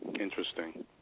Interesting